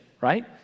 right